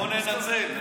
בוא ננצל, ננצל.